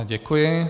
Děkuji.